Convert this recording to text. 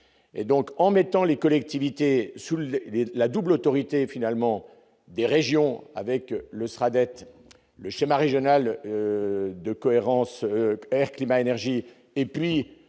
et donc en mettant les collectivités soulever la double autorité finalement des régions avec le sera d'être le schéma régional de cohérence climat-énergie et puis